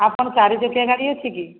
ଆପଣ ଚାରି ଚକିଆ ଗାଡ଼ି ଅଛି କି